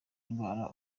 indwara